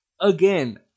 again